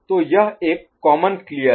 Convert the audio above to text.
तो यह एक कॉमन क्लियर है